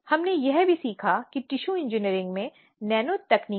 तो यह यौन उत्पीड़न अधिनियम की आकृति है